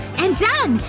and done!